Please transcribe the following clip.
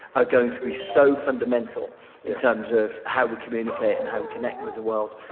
are going to be so fundamental in terms of how we communicate and how we connect with the world.